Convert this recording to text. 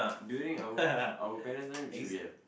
do you think our our parents' time should have